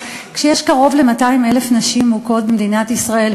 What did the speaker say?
כשיש קרוב ל-200,000 נשים מוכות במדינת ישראל,